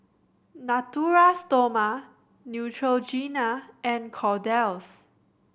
Natura Stoma Neutrogena and Kordel's